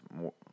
more